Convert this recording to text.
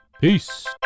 Peace